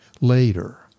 later